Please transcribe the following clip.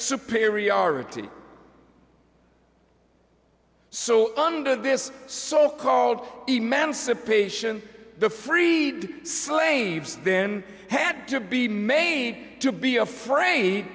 superiority so under this so called emancipation the free slaves then had to be made to be afraid